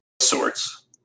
Sorts